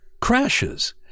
crashes